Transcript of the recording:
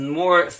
more